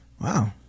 Wow